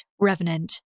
Revenant